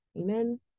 amen